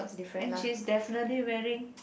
and she is definitely wearing